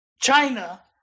China